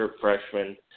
freshman